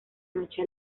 noche